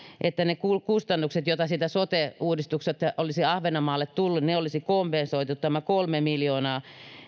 että ne kustannukset joita siitä sote uudistuksesta olisi ahvenanmaalle tullut olisi kompensoitu tämä kolme miljoonaa